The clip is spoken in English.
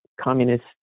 communist